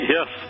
Yes